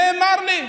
נאמר לי: